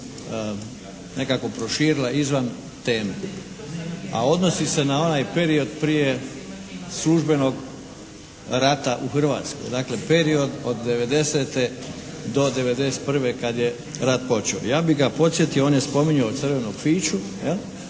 nekako proširila izvan teme, a odnosi se na onaj period prije službenog rata u Hrvatskoj, dakle period od '90. do '91. kad je rat počeo. Ja bih ga podsjetio, on je spominjao crvenog fiću,